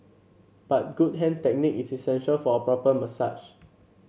but good hand technique is essential for a proper massage